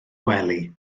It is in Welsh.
gwely